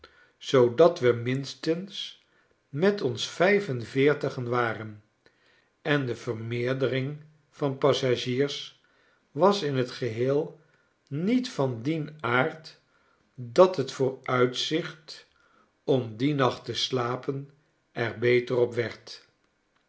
zoodat we minstens met ons vijf en veertigen waren en de vermeerdering van passagiers was in t geheel niet van dien aard dat het vooruitzicht om dien nacht te slapen er beter op werd